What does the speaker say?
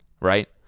right